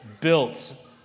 built